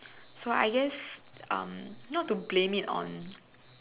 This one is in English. so I guess um not to blame it on